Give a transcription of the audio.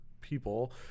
people